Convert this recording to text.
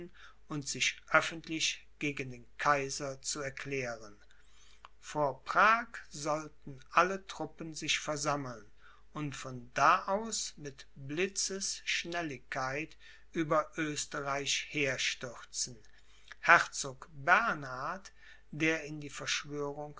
und sich öffentlich gegen den kaiser zu erklären vor prag sollten alle truppen sich versammeln und von da aus mit blitzesschnelligkeit über oesterreich herstürzen herzog bernhard der in die